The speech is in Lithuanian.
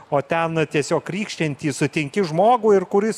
o ten tiesiog krykščiantį sutinki žmogų ir kuris